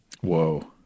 Whoa